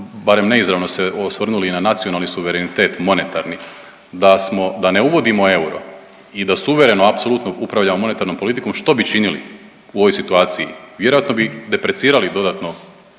barem neizravno se osvrnuli i na nacionalni suverenitete monetarni, da smo, da ne uvodimo euro i da suvereno apsolutno upravljamo monetarnom politikom što bi činili u ovoj situaciji, vjerojatno bi deprecirali dodatno